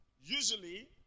usually